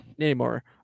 anymore